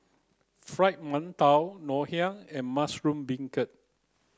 fried Mantou Ngoh Hiang and mushroom Beancurd